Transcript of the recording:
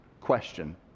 question